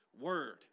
word